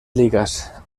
ligas